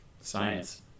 science